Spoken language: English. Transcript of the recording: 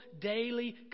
daily